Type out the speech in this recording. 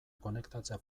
konektatzea